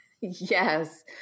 Yes